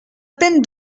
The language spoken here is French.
peine